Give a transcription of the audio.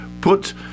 put